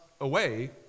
away